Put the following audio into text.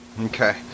okay